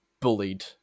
bullied